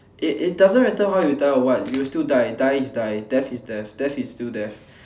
it it doesn't matter how you die or what you will still die is die death is death death is still death